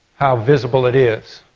how visible it is.